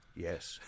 Yes